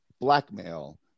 Blackmail